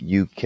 UK